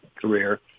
career